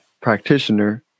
practitioner